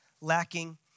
lacking